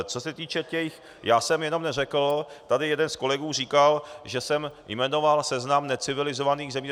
Co se týče, já jsem jenom řekl, tady jeden z kolegů říkal, že jsem jmenoval seznam necivilizovaných zemí.